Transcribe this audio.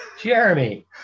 Jeremy